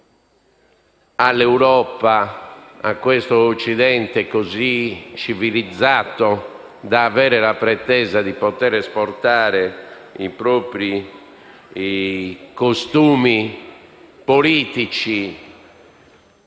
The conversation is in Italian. consentire a questo Occidente così civilizzato da avere la pretesa di esportare i propri costumi politici